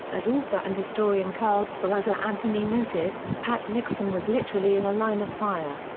as author and historian carl sferrazza anthony noted, pat nixon was literally in a line of fire.